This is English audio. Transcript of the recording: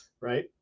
right